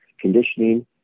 conditioning